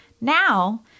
now